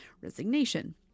resignation